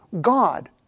God